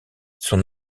son